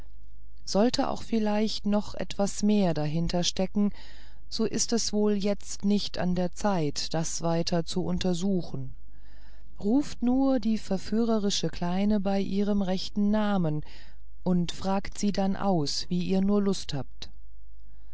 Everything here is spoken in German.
sollte auch vielleicht noch etwas mehr dahinterstecken so ist es wohl jetzt nicht an der zeit das weiter zu untersuchen ruft nur die verführerische kleine bei ihrem rechten namen und fragt sie dann aus wie ihr nur lust habt